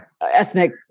ethnic